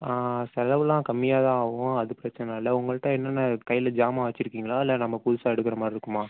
செலவெலாம் கம்மியாகதான் ஆகும் அது பிரச்சினை இல்லை உங்கள்கிட்ட என்னென்ன கையில ஜாமான் வச்சுருக்கீங்களா இல்லை நம்ம புதுசாக எடுக்கிற மாரி இருக்குமா